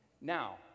Now